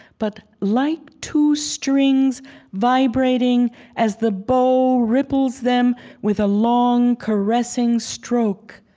but like two strings vibrating as the bow ripples them with a long caressing stroke,